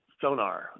sonar